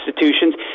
institutions